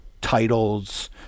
titles